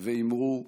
ואמרו אמן.